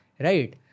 Right